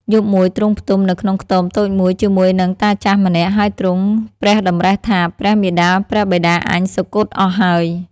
យប់មួយទ្រង់ផ្ទំនៅក្នុងខ្ទមតូចមួយ ជាមួយនឹងតាចាស់ម្នាក់ ហើយទ្រង់ព្រះតម្រិះថា ព្រះមាតាព្រះបិតាអញសុគតអស់ហើយ។